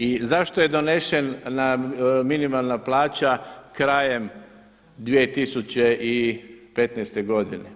I zašto je donešena minimalna plaća krajem 2015. godine?